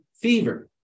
fever